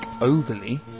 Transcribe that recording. overly